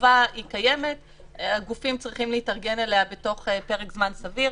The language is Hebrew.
החובה הזאת קיימת והגופים צריכים להתארגן אליה בתוך פרק זמן סביר.